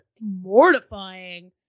mortifying